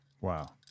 Wow